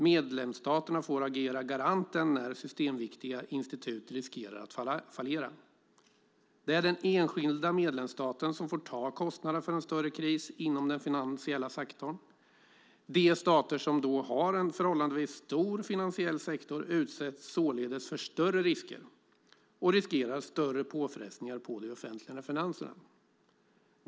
Medlemsstaterna får agera garanten när systemviktiga institut riskerar att fallera. Det är den enskilda medlemsstaten som får ta kostnaderna för en större kris inom den finansiella sektorn. De stater som då har en förhållandevis stor finansiell sektor utsätts således för större risker och riskerar större påfrestningar på de offentliga finanserna.